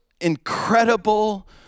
incredible